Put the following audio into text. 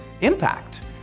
impact